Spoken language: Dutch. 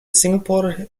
singapore